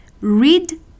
Read